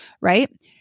Right